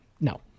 no